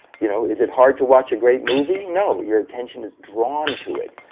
you know, is it hard to watch a great movie? no, your attention is drawn to it.